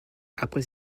après